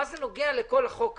מה שנוגע לכל החוק הזה,